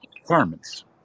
requirements